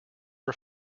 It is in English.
are